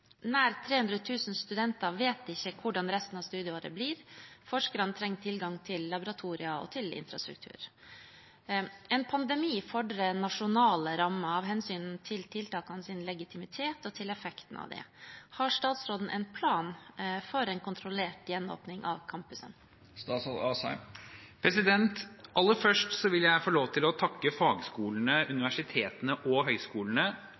Nær 300 000 studenter vet ikke hvordan resten av studieåret blir, forskerne trenger tilgang til laboratorier og infrastruktur. En pandemi fordrer nasjonale rammer, av hensyn til tiltakenes legitimitet og effekt. Har statsråden en plan for kontrollert gjenåpning av campusene?» Aller først vil jeg få lov til å takke fagskolene, universitetene og høyskolene,